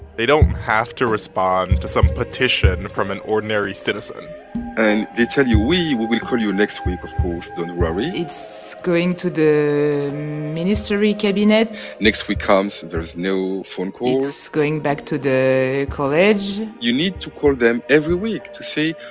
they don't have to respond to some petition from an ordinary citizen and they tell you, we we'll call you next week, of course. don't worry it's going to the ministry cabinet next week comes. there is no phone call it's going back to the college you need to call them every week to say,